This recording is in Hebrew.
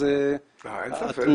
אז התמונה היא --- אין ספק.